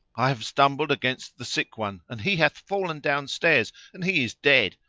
i have stumbled against the sick one and he hath fallen downstairs and he is dead!